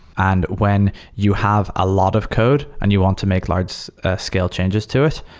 and when you have a lot of code and you want to make large scale changes to it,